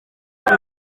hari